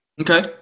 Okay